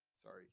Sorry